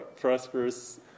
prosperous